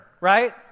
right